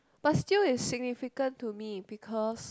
but still it's significant to me because